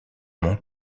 mon